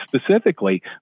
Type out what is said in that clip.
specifically